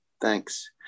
thanks